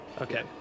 Okay